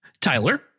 Tyler